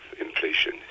inflation